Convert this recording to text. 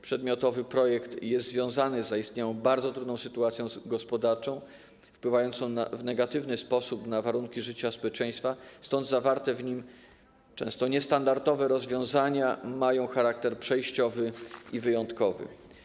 Przedmiotowy projekt jest związany z zaistniałą bardzo trudną sytuacją gospodarczą wpływającą w negatywny sposób na warunki życia społeczeństwa, stąd zawarte w nim, często niestandardowe, rozwiązania mają charakter przejściowy i wyjątkowy.